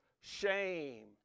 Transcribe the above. shame